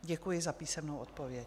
Děkuji za písemnou odpověď.